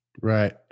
Right